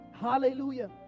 hallelujah